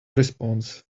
response